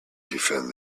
defend